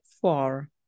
Four